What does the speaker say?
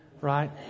right